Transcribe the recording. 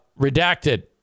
Redacted